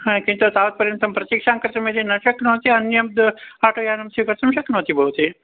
हा किन्तु तावत्पर्यन्तं प्रतिक्षां कर्तुं यदि न शक्नोति अन्यद् आटोयानं स्वीकर्तुं शक्नोति भवती